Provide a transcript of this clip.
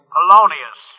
Polonius